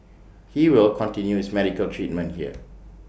he will continue his medical treatment here